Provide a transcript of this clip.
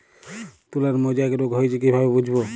তুলার মোজাইক রোগ হয়েছে কিভাবে বুঝবো?